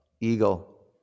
eagle